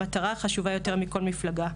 המטרה חשובה יותר מכל מפלגה.